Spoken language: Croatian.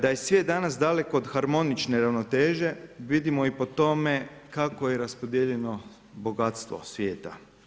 Da je svijet danas daleko od harmonične ravnoteže, vidimo i po tome kako je raspodijeljeno bogatstvo svijeta.